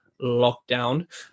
lockdown